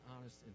honest